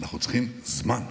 אנחנו צריכים זמן.